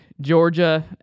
Georgia